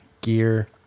gear